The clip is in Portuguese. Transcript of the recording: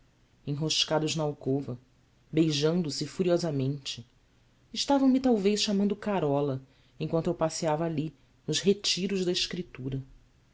enroscados na alcova beijando se furiosamente estavam me talvez chamando carola enquanto eu passeava ali nos retiros da escritura